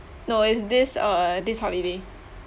no it's this uh this holiday